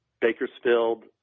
Bakersfield